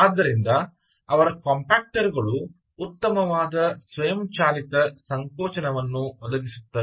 ಆದ್ದರಿಂದ ಅದರ ಕಾಂಪ್ಯಾಕ್ಟರ್ಗಳು ಉತ್ತಮವಾದ ಸ್ವಯಂಚಾಲಿತ ಸಂಕೋಚನವನ್ನು ಒದಗಿಸುತ್ತವೆ